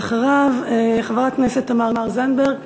ואחריו, חברת הכנסת תמר זנדברג